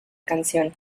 canción